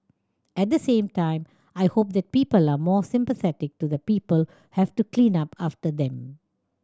at the same time I hope that people are more sympathetic to the people have to clean up after them